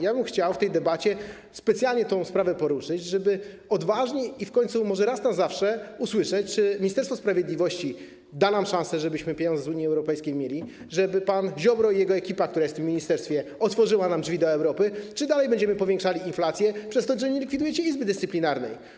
Ja bym chciał w tej debacie specjalnie poruszyć tę sprawę, żeby odważniej i w końcu może raz na zawsze usłyszeć, czy Ministerstwo Sprawiedliwości da nam szansę, żebyśmy mieli pieniądze z Unii Europejskiej, żeby pan Ziobro i jego ekipa, która jest w tym ministerstwie, otworzyli nam drzwi do Europy, czy dalej będziemy powiększali inflację przez to, że nie likwidujecie Izby Dyscyplinarnej.